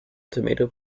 tomato